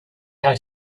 how